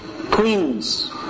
Queens